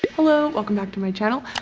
hello, welcome back to my channel,